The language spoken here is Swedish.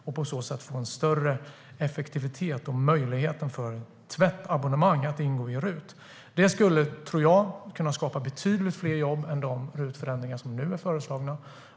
Om möjligheten till tvättabonnemang ingår i RUT kan vi få en större effektivitet, och detta skulle, tror jag, kunna skapa betydligt fler jobb än de RUT-förändringar som nu är föreslagna.